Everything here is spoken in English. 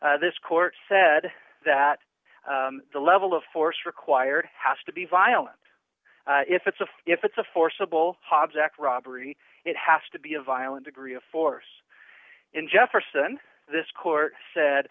true this court said that the level of force required has to be violent if it's a if it's a forcible object robbery it has to be a violent degree of force in jefferson this court said